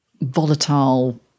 volatile